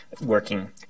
working